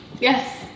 Yes